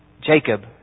Jacob